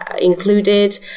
included